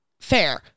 Fair